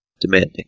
demanding